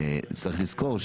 צריך לזכור,